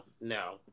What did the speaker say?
no